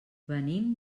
venim